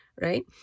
right